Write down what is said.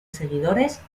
seguidores